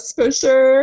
pusher